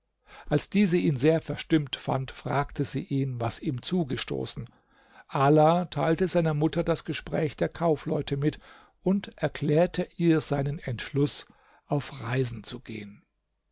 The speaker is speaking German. als diese ihn sehr verstimmt fand fragte sie ihn was ihm zugestoßen ala teilte seiner mutter das gespräch der kaufleute mit und erklärte ihr seinen entschluß auf reisen zu gehen